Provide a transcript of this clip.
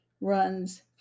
runs